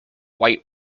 white